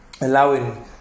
allowing